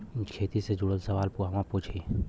खेती से जुड़ल सवाल कहवा पूछी?